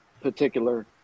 particular